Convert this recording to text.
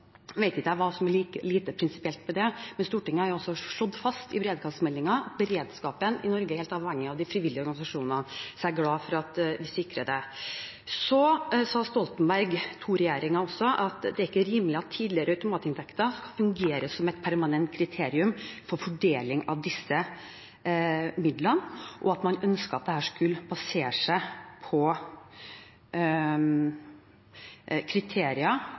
vet ikke jeg hva som er lite prinsipielt med det, men Stortinget har jo også slått fast, i beredskapsmeldingen, at beredskapen i Norge er helt avhengig av de frivillige organisasjonene. Så jeg er glad for at vi sikrer det. Stoltenberg II-regjeringen sa også at det ikke er rimelig at tidligere automatinntekter skal fungere som et permanent kriterium for fordeling av disse midlene, og at man ønsket at dette skulle basere seg på kriterier